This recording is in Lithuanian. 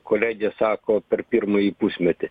kolegė sako per pirmąjį pusmetį